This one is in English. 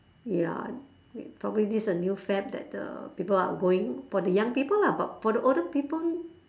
ya probably this is a new fad that the people are going for the young people lah but for the older people